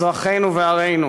אזרחינו וערינו.